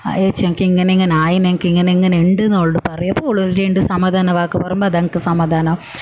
ഏച്ചി എനിക്ക് ഇങ്ങനെ ഇങ്ങനെ ആയിനി എനിക്ക് ഇങ്ങനെ ഇങ്ങനെ ഉണ്ടെന്ന് ഓളോട് പറയും അപ്പോൾ ഓൾ രണ്ട് സമാധാന വാക്ക് പറയുമ്പോൾ അപ്പോൾ അതെനിക്ക് സമാധാനമാകും